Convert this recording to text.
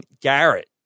Garrett